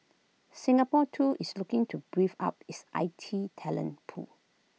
Singapore too is looking to brief up its I T talent pool